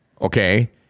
okay